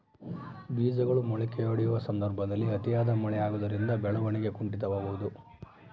ಬೇಜಗಳು ಮೊಳಕೆಯೊಡೆಯುವ ಸಂದರ್ಭದಲ್ಲಿ ಅತಿಯಾದ ಮಳೆ ಆಗುವುದರಿಂದ ಬೆಳವಣಿಗೆಯು ಕುಂಠಿತವಾಗುವುದೆ?